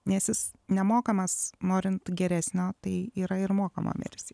nes jis nemokamas norint geresnio tai yra ir mokama mirsi